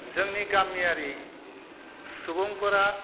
जोंनि गामियारि सुबुंफोरा